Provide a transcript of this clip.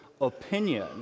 opinion